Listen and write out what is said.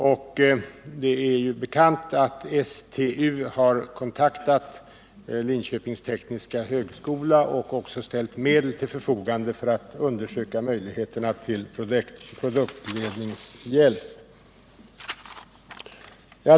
Och det är bekant att styrelsen för flyginaustrins framteknisk utveckling, STU, har kontaktat Linköpings tekniska högskola och tid ställt medel till förfogande för en undersökning av möjligheterna till produktledningshjälp.